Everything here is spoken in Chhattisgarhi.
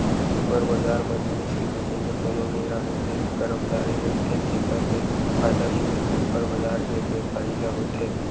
सुपर बजार म जिनिस के बेचइया कोनो नइ राहय सिरिफ करमचारी रहिथे तेखर ले फायदा सिरिफ सुपर बजार के बेवसायी ल होथे